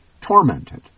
tormented